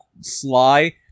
sly